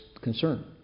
concern